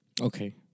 Okay